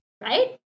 Right